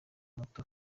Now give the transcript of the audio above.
muto